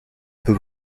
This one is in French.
peut